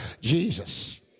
Jesus